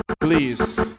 Please